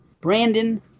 Brandon